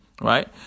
right